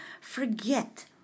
forget